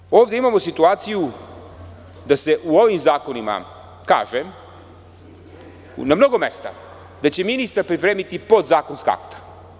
Dakle, ovde imamo situaciju da se u ovim zakonima kaže na mnogo mesta da će ministar pripremiti podzakonska akta.